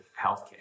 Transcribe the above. healthcare